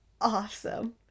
awesome